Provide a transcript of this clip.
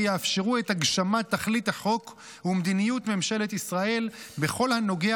יאפשרו את הגשמת תכלית החוק ומדיניות ממשלת ישראל בכל הנוגע